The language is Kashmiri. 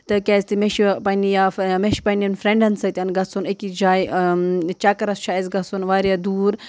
تہٕ کیٛازِ تہِ مےٚ چھُ پَنٛنہِ یا مےٚ چھِ پَنٛنٮ۪ن فرٛٮ۪نٛڈن سۭتۍ گژھُن أکِس جایہِ چَکرَس چھُ اَسہِ گژھُن واریاہ دوٗر